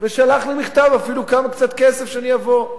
ושלח לי מכתב, אפילו קצת כסף, שאני אבוא.